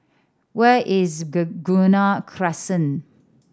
where is Begonia Crescent